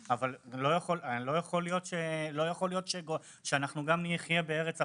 אבל לא יכול להיות שגם נחיה בארץ הפוסט-טראומה,